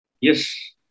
Yes